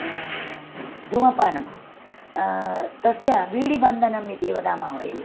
धूमपानं तस्य बीडि बन्धनम् इति वदामः वयम्